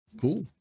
Cool